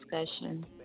discussion